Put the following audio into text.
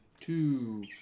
Two